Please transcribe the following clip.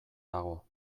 dago